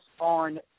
on